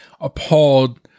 appalled